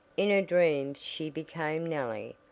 in her dreams she became nellie,